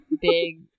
big